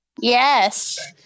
Yes